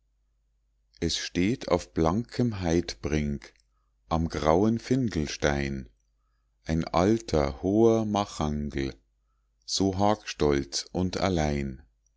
es steht auf blankem heidbrink am grauen findelstein ein alter hoher machangel so hagstolz und allein